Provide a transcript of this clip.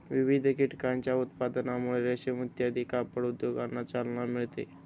विविध कीटकांच्या उत्पादनामुळे रेशीम इत्यादी कापड उद्योगांना चालना मिळते